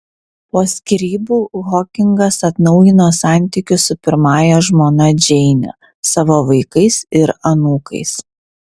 po skyrybų hokingas atnaujino santykius su pirmąja žmona džeine savo vaikais ir anūkais